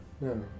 No